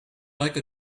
like